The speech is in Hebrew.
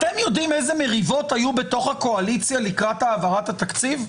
אתם יודעים איזה מריבות היו בתוך הקואליציה לקראת העברת התקציב?